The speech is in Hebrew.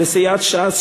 לסיעת ש"ס,